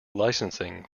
licensing